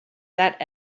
that